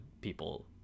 people